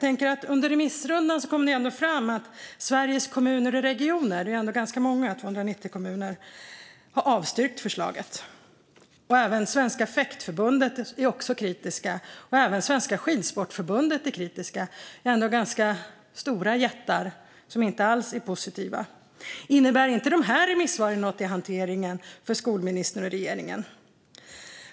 Under remissrundan kom det fram att Sveriges Kommuner och Regioner - det är ju ändå 290 kommuner och alltså ganska många - har avstyrkt förslaget. Även Svenska Fäktförbundet och Svenska Skidförbundet är kritiska. Det är ändå ganska stora organisationer som inte alls är positiva. Innebär inte de här remissvaren något i hanteringen för skolministern och regeringen?